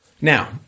Now